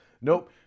Nope